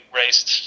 raced